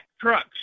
trucks